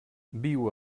viu